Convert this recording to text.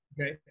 Okay